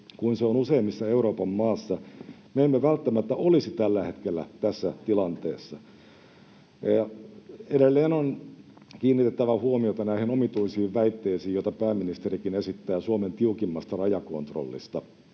kuin se on useimmissa Euroopan maissa, me emme välttämättä olisi tällä hetkellä tässä tilanteessa. Ja edelleen on kiinnitettävä huomiota näihin omituisiin väitteisiin, joita pääministerikin esittää Suomen tiukimmasta rajakontrollista.